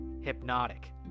hypnotic